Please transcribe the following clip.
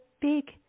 big